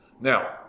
Now